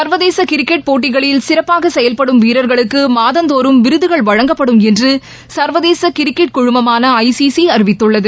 சர்வதேச கிரிக்கெட் போட்டிகளில் சிறப்பாக செயல்படும் வீரர்களுக்கு மாதந்தோறும் விருதுகள் வழங்கப்படும் என்று சர்வதேச கிரிக்கெட் குழுமமான ஐசிசி அறிவித்துள்ளது